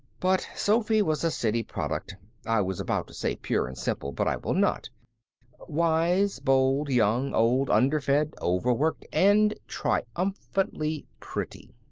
but sophy was a city product i was about to say pure and simple, but i will not wise, bold, young, old, underfed, overworked, and triumphantly pretty.